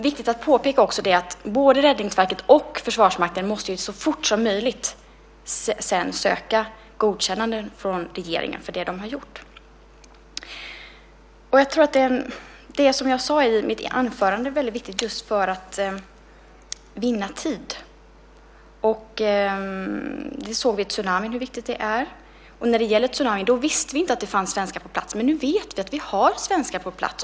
Det är också viktigt att påpeka att både Räddningsverket och Försvarsmakten så fort som möjligt sedan måste söka godkännanden från regeringen för det de har gjort. Det är, som jag sade i mitt anförande, väldigt viktigt just för att vinna tid. Vi såg vid tsunamin hur viktigt det är. Då visste vi inte att det fanns svenskar på platsen. Nu vet vi att vi har svenskar på plats.